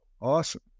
Awesome